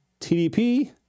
TDP